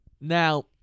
now